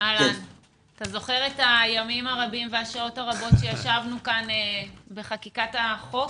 אתה זוכר את הימים הרבים והשעות הרבות שישבנו כאן בחקיקת החוק?